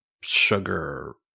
sugar